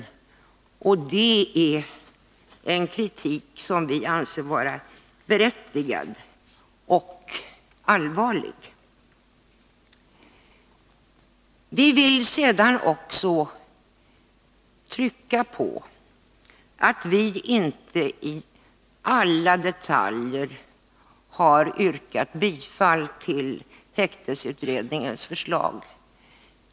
Det är en kritik som vi anser vara berättigad och allvarlig. Sedan vill vi också trycka på att vi inte i alla detaljer har yrkat bifall till häktningsutredningens förslag.